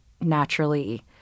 naturally